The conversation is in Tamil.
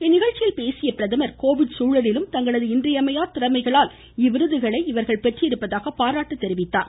இந்நிகழ்ச்சியில் பேசிய பிரதமர் கோவிட் சூழலிலும் தங்களது இன்றியமையா திறமைகளால் இவ்விருதுகளை இவர்கள் பெற்றிருப்பதாக குறிப்பிட்டார்